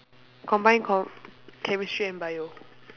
combined com~ chemistry and bio